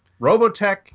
Robotech